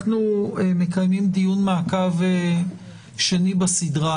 אנחנו מקיימים דיון מעקב שני בסדרה